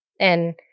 And-